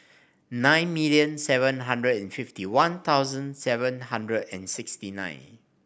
nine million seven hundred and fifty One Thousand seven hundred and sixty nine